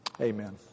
Amen